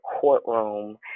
courtroom